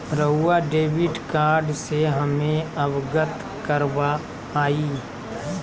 रहुआ debit card से हमें अवगत करवाआई?